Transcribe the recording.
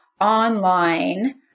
online